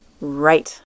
Right